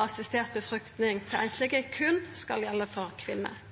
assistert befruktning til einslege berre skal gjelda for kvinner.